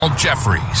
jeffries